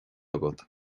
agat